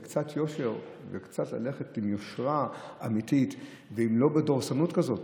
קצת יושר וקצת ללכת עם יושרה אמיתית ולא בדורסנות כזאת.